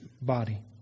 body